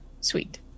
Sweet